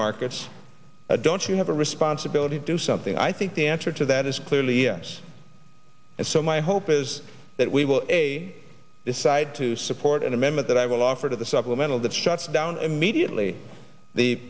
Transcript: markets don't you have a responsibility to do something i think the answer to that is clearly yes and so my hope is that we will they decide to support an amendment that i will offer to the supplemental that shuts down immediately the